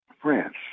France